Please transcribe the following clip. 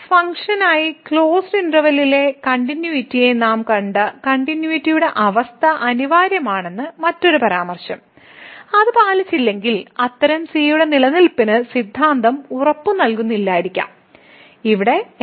ഈ ഫംഗ്ഷനായി ക്ലോസ്ഡ് ഇന്റെർവെല്ലിലെ കണ്ടിന്യൂവിറ്റിയെ നാം കണ്ട കണ്ടിന്യൂവിറ്റിയുടെ അവസ്ഥ അനിവാര്യമാണെന്ന മറ്റൊരു പരാമർശം അത് പാലിച്ചില്ലെങ്കിൽ അത്തരം c യുടെ നിലനിൽപ്പിന് സിദ്ധാന്തം ഉറപ്പുനൽകുന്നില്ലായിരിക്കാം ഇവിടെ f 0